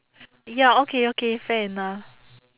ya okay okay fair enough